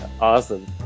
Awesome